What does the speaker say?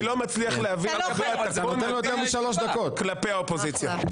אני לא מצליח להבין מדוע אתה כה נדיב כלפי האופוזיציה.